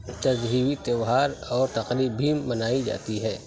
تہذیبی تیوہار اور تقریب بھی منائی جاتی ہے